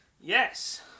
Yes